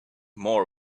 more